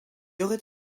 aurait